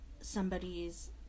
somebody's